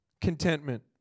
contentment